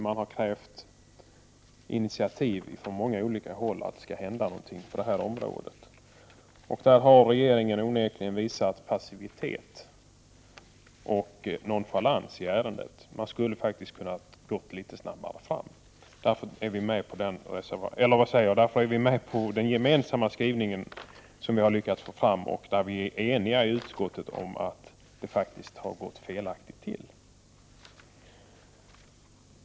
Man har från många olika håll krävt initiativ för att något skall hända på det området. Regeringen har onekligen visat passivitet och nonchalans i ärendet. Man skulle faktiskt ha kunnat gå litet snabbare fram. Vi står därför bakom den gemensamma skrivning som utskottet lyckats få till stånd. Vi är i utskottet eniga om att det här har gått felaktigt till.